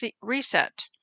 reset